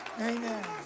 Amen